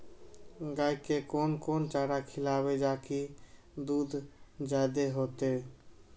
गाय के कोन कोन चारा खिलाबे जा की दूध जादे होते?